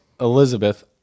Elizabeth